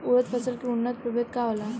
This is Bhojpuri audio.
उरद फसल के उन्नत प्रभेद का होला?